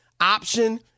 option